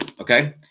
okay